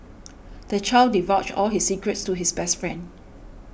the child divulged all his secrets to his best friend